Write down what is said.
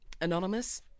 Anonymous